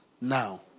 now